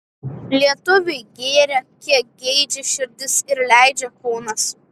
lietuviai gėrė kiek geidžia širdis ir leidžia kūnas